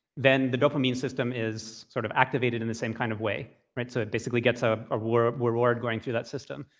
then the dopamine system is sort of activated in the same kind of way, right? so it basically gets a ah reward going through that system.